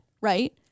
right